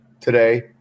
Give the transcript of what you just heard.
today